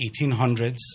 1800s